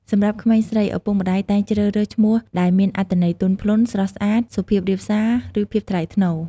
សម្រាប់ក្មេងស្រី ឪពុកម្តាយតែងជ្រើសរើសឈ្មោះដែលមានអត្ថន័យទន់ភ្លន់ ស្រស់ស្អាត សុភាពរាបសារ ឬភាពថ្លៃថ្នូរ។